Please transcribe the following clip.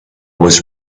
was